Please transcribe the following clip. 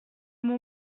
mon